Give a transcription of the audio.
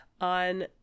on